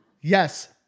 Yes